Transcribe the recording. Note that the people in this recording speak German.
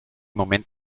moment